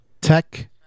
Tech